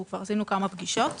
כבר עשינו כמה פגישות.